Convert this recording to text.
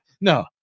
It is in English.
No